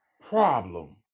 problem